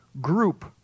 group